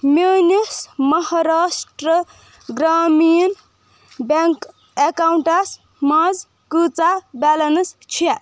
میٲنِس Maharashtra Gramin bank accounts منٛز کۭژاہ بیلنس چھےٚ